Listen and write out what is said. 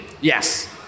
Yes